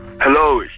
Hello